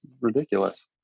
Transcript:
ridiculous